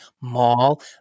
mall